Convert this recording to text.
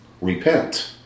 Repent